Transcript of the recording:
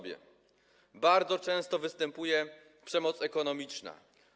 Bardzo często występuje przemoc ekonomiczna.